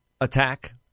attack